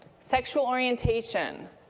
sexual orientation,